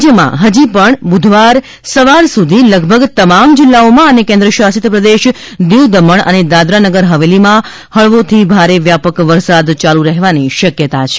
રાજ્યમાં હજી પણ બુધવાર સવાર સુધી લગભગ તમામ જિલ્લાઓમાં અને કેન્દ્રશાસિત પ્રદેશ દિવ દમણ અન દાદરાનગર હવેલીમાં હળવાથી ભારે વ્યાપક વરસાદ ચાલુ રહેવાની શક્યતા છે